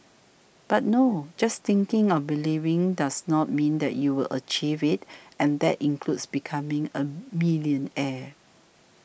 but no just thinking or believing does not mean that you will achieve it and that includes becoming a millionaire